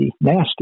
nasty